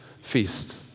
feast